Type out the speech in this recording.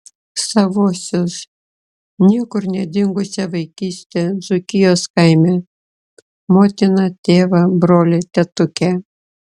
savuosius niekur nedingusią vaikystę dzūkijos kaime motiną tėvą brolį tetukę